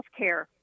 healthcare